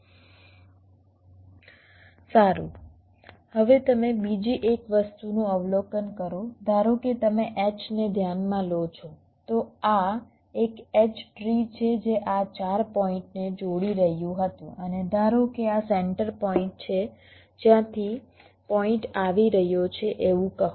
સારું હવે તમે બીજી એક વસ્તુનું અવલોકન કરો ધારો કે તમે H ને ધ્યાનમાં લો છો તો આ એક H ટ્રી છે જે આ 4 પોઇન્ટને જોડી રહ્યું હતું અને ધારો કે આ સેન્ટર પોઇન્ટ છે જ્યાંથી પોઇન્ટ આવી રહ્યો છે એવું કહો